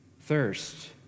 thirst